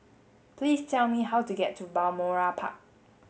please tell me how to get to Balmoral Park